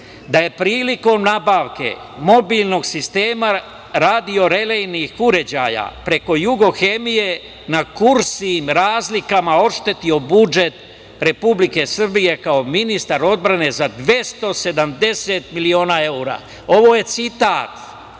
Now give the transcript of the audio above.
da je prilikom nabavke mobilnog sistema radiorelejnih uređaja preko „Jugohemije“ na kursnim razlikama oštetio budžet Republike Srbije, kao ministar odbrane, za 270 miliona evra? Ovo je citat.